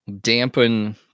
dampen